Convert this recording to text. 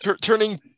Turning